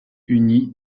uni